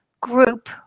group